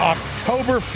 October